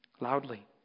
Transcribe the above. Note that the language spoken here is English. loudly